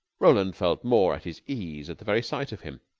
roland felt more at his ease at the very sight of him.